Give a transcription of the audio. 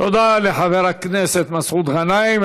תודה לחבר הכנסת מסעוד גנאים.